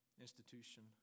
institution